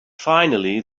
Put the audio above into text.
finally